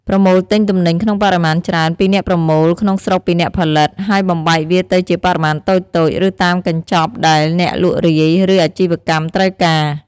ប្រមូលទិញទំនិញក្នុងបរិមាណច្រើន ពីអ្នកប្រមូលក្នុងស្រុកពីអ្នកផលិត ហើយបំបែកវាទៅជាបរិមាណតូចៗ ឬតាមកញ្ចប់ដែលអ្នកលក់រាយ ឬអាជីវកម្មត្រូវការ។